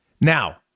Now